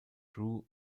drew